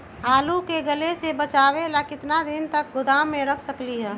आलू के गले से बचाबे ला कितना दिन तक गोदाम में रख सकली ह?